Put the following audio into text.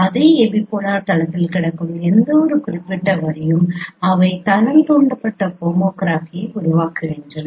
அதே எபிபோலார் தளத்தில் கிடக்கும் எந்தவொரு குறிப்பிட்ட வரியும் அவை தளம் தூண்டப்பட்ட ஹோமோகிராஃபியை உருவாக்குகின்றன